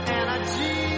energy